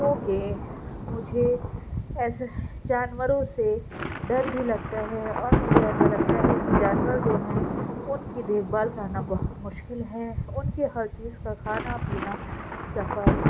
okay مجھے ایسے جانوروں سے ڈر بھی لگتا ہے اور مجھے ایسا لگتا ہے کہ جانور جو ہیں ان کی دیکھ بھال کرنا بہت مشکل ہے ان کی ہر چیز کا کھانا پینا صفائی